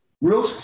real